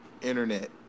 Internet